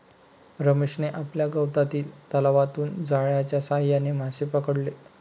रमेशने आपल्या गावातील तलावातून जाळ्याच्या साहाय्याने मासे पकडले